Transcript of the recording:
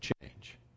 change